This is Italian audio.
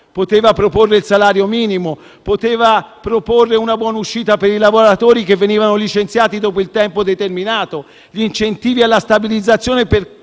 poteva proporre il salario minimo, poteva proporre una buonuscita per i lavoratori che venivano licenziati dopo il tempo determinato, gli incentivi alla stabilizzazione